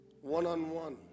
one-on-one